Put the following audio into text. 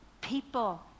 people